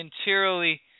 interiorly